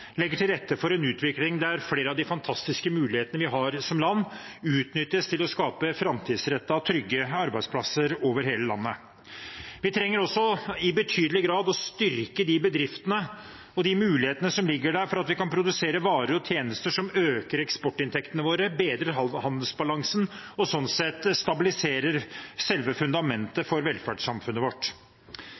legger til rette for en utvikling der flere av de fantastiske mulighetene vi har som land, utnyttes til å skape framtidsrettede og trygge arbeidsplasser over hele landet. Vi trenger også i betydelig grad å styrke de bedriftene og de mulighetene som ligger der for at vi kan produsere varer og tjenester som øker eksportinntektene våre, bedrer handelsbalansen og sånn sett stabiliserer selve fundamentet for velferdssamfunnet vårt.